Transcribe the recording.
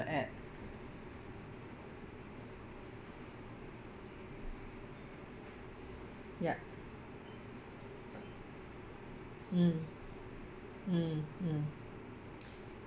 at yup mm mm mm